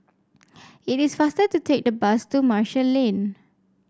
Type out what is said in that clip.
it is faster to take the bus to Marshall Lane